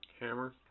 Hammer